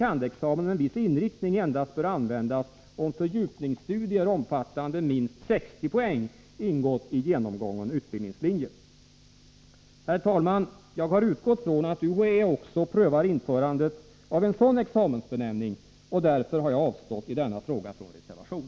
kand.-examen med viss inriktning endast bör användas om fördjupningsstudier omfattande minst 60 poäng ingått i genomgången utbildningslinje. Herr talman! Jag har utgått från att UHÄ också prövar införandet av en sådan examensbenämning, och därför har jag i denna fråga avstått från reservation.